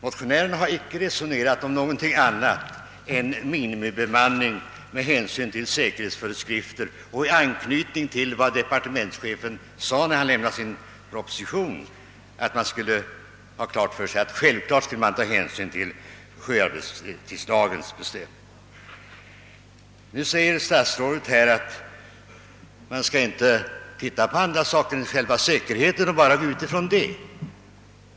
Motio närerna har inte resonerat om någonting annat än om minimibemanning med hänsyn till säkerhetsföreskrifter och i anslutning till vad departementschefen sade i propositionen, att man självklart skall ta hänsyn till sjöarbetstidslagens bestämmelser. Nu säger statsrådet att man inte skall se på annat än säkerheten och bara gå ut ifrån den.